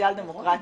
סוציאל דמוקרטית,